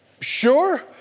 Sure